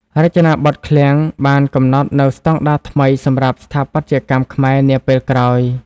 រចនាបថឃ្លាំងបានកំណត់នូវស្តង់ដារថ្មីសម្រាប់ស្ថាបត្យកម្មខ្មែរនាពេលក្រោយ។